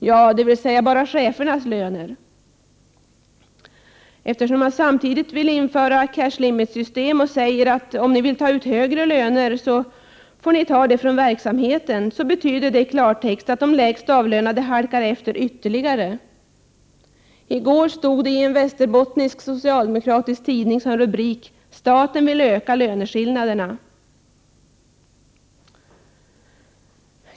Ja, dvs., bara chefernas löner. Eftersom man samtidigt vill införa cashlimit-system och säger att ”om ni vill ta ut högre löner, så får ni ta det från verksamheten”, betyder det i klartext att de lägst avlönade halkar efter ytterligare. I går stod följande rubrik i en västerbottnisk, socialdemokratisk tidning: Staten vill öka löneskillnaderna.